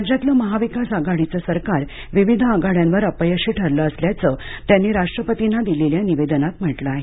राज्यातलं महाविकास आघाडीचं सरकार विविध आघाड्यांवर अपयशी ठरलं असल्याचं त्यांनी राष्ट्रपतींना दिलेल्या निवेदनात म्हटलं आहे